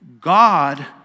God